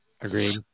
Agreed